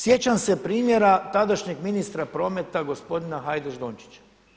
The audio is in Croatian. Sjećam se primjera tadašnjeg ministra prometa gospodina Hajdaš Dončića.